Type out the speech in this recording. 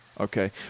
Okay